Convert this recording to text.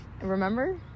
remember